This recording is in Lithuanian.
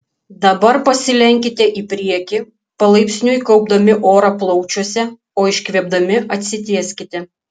dabar pasilenkite į priekį palaipsniui kaupdami orą plaučiuose o iškvėpdami atsitieskite